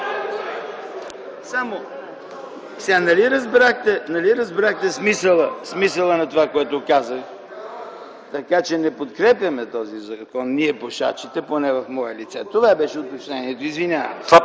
разбрахте, нали разбрахте смисъла на това, което казах?! Така че не подкрепяме този закон – ние, пушачите, поне в мое лице. Това беше обяснението. Извинявам